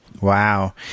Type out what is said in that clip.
Wow